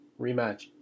rematch